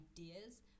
ideas